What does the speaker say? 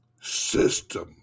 system